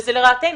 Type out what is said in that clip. וזה לרעתנו,